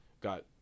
got